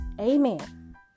amen